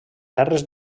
terres